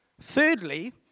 Thirdly